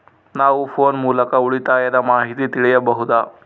ನಾವು ಫೋನ್ ಮೂಲಕ ಉಳಿತಾಯದ ಮಾಹಿತಿ ತಿಳಿಯಬಹುದಾ?